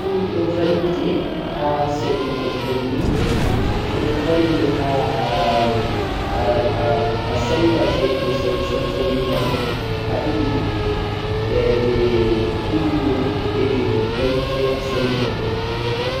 rariya ni doh vallite ha sedugo shundi boh do valle a sedda shunde mai ha didi jeh diggudhum beh je diggai a senda dhum